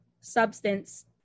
Substance